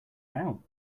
out